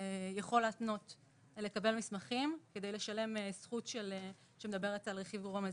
יכול לקבל מסמכים כדי לשלם זכות שמדברת על רכיב מזכה.